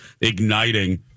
igniting